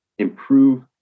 Improve